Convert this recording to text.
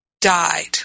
died